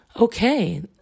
okay